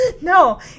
No